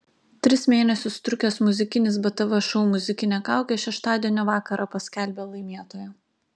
tris mėnesius trukęs muzikinis btv šou muzikinė kaukė šeštadienio vakarą paskelbė laimėtoją